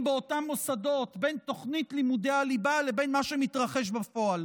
באותם מוסדות בין תוכנית לימודי הליבה לבין מה שמתרחש בפועל.